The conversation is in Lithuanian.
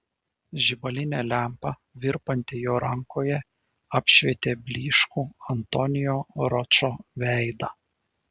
žibalinė lempa virpanti jo rankoje apšvietė blyškų antonio ročo veidą